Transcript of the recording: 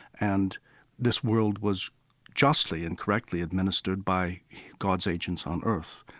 and this world was justly and correctly administered by god's agents on earth,